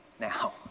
now